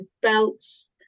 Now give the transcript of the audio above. belts